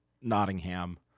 Nottingham